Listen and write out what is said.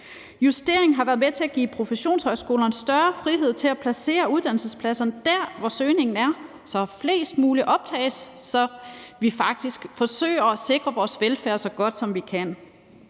Justeringen har været med til at give professionshøjskolerne større frihed til at placere uddannelsespladserne der, hvor søgningen er, så flest mulige optages, så vi faktisk forsøger at sikre vores velfærd så godt, som vi kan.